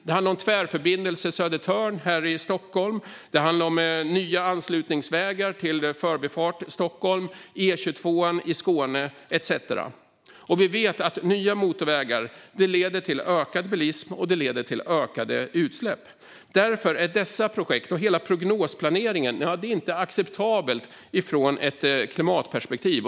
Det handlar om Tvärförbindelse Södertörn här i Stockholm, nya anslutningsvägar till Förbifart Stockholm, E22 i Skåne etcetera. Vi vet att nya motorvägar leder till ökad bilism och ökade utsläpp. Därför är dessa projekt och hela prognosplaneringen inte acceptabla ur ett klimatperspektiv.